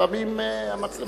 לפעמים המצלמות תופסות,